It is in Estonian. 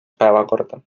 päevakorda